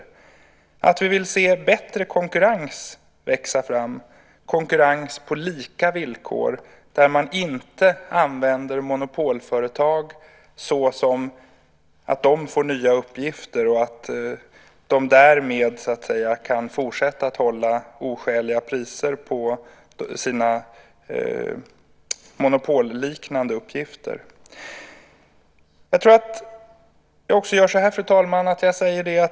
Jag hoppas att vi vill se bättre konkurrens växa fram - konkurrens på lika villkor där man inte använder monopolföretag så att de får nya uppgifter och därmed kan fortsätta att hålla oskäliga priser på sina monopolliknande uppgifter. Fru talman!